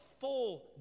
full